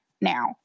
now